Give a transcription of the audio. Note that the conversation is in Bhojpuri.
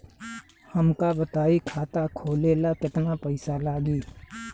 हमका बताई खाता खोले ला केतना पईसा लागी?